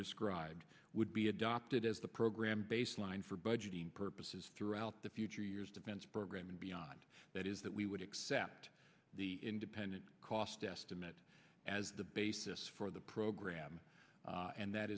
described would be adopted as the program baseline for budgeting purposes throughout the future years defense program and beyond that is that we would accept the independent cost estimate as the basis for the program and that